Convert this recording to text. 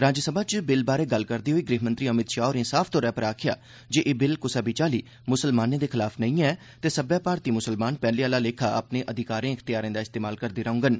Rajya Sabha bill बारे गल्ल करदे होई गृहमंत्री अमित शाह होरें साफ तौरा पर आक्खेआ जे एह् बिल कुसै बी चाल्ली मुसलमानें दे खलाफ नेईं ऐ ते सब्बै भारतीय मुसलमान पैह्ले आला लेखा अपने अधिकारें इख्तेयारें दा इस्तेमाल करदे रौंह्गन